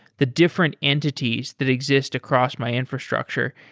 the different entities that exist across my infrastructure,